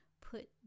put